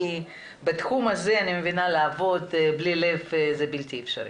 כי בתחום הזה לעבוד בלי לב זה בלתי אפשרי.